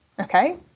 okay